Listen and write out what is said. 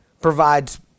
provides